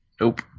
Nope